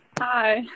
Hi